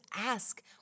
ask